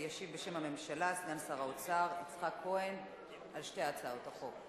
ישיב בשם הממשלה סגן שר האוצר יצחק כהן על שתי הצעות החוק.